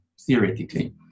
theoretically